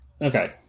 Okay